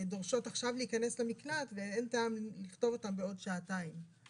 ודורשות עכשיו להיכנס למקלט ואין טעם לכתוב אותן בעוד שעתיים.